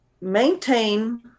maintain